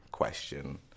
question